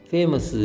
Famous